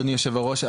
אדוני היושב-ראש,